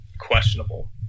questionable